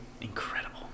Incredible